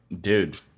dude